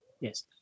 Yes